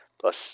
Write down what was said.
plus